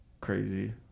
crazy